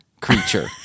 creature